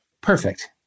perfect